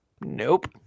Nope